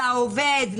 לעובד,